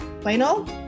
final